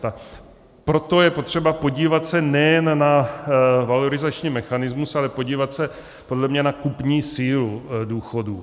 A proto je potřeba se podívat nejen na valorizační mechanismus, ale podívat se podle mě na kupní sílu důchodů.